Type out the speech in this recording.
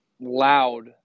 loud